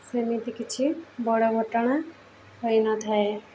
ସେମିତି କିଛି ବଡ଼ ଘଟଣା ହୋଇନଥାଏ